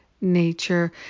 nature